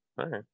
okay